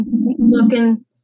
looking